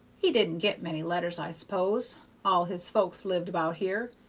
he didn't get many letters, i s'pose all his folks lived about here,